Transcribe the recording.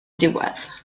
diwedd